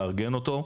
לארגן אותו,